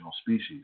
species